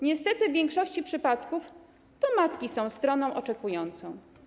Niestety w większości przypadków to matki są stroną oczekującą.